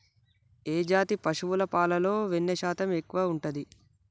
ఏ జాతి పశువుల పాలలో వెన్నె శాతం ఎక్కువ ఉంటది?